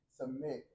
submit